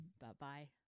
Bye-bye